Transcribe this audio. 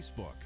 Facebook